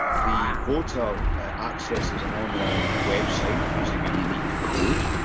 the voter ah ah accesses an online website using a unique code.